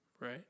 right